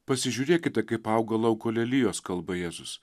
pasižiūrėkite kaip auga lauko lelijos kalba jėzus